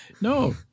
No